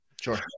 Sure